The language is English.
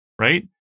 right